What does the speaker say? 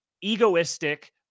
egoistic